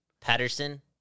Patterson